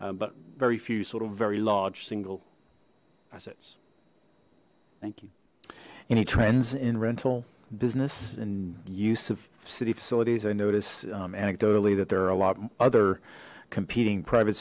but very few sort of very large single assets thank you any trends in rental business and use of city facilities i notice anecdotally that there are a lot other competing private